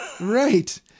right